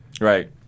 right